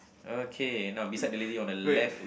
okay now beside the lady on the left